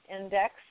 Index